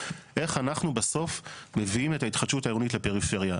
איך אנחנו בסוף מביאים את ההתחדשות העירונית לפריפריה.